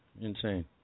insane